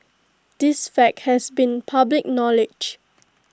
this fact has been public knowledge